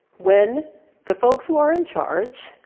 when the folks who are in charge,